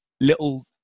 little